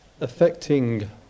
affecting